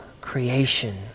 creation